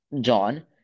John